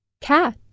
cat